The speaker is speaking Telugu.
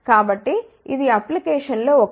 కాబట్టి ఇది అప్లికేషన్స్ లో ఒకటి